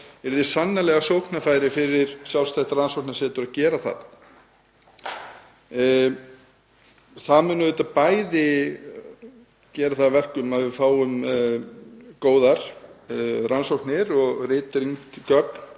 yrðu sannarlega sóknarfæri fyrir sjálfstætt rannsóknasetur að gera það. Það mun gera það að verkum að við fáum góðar rannsóknir og ritrýnd gögn